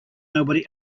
nobody